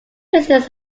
business